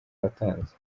watanze